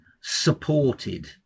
supported